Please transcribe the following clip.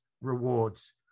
rewards